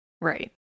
Right